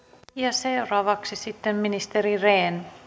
seuraavaksi sitten ministeri rehn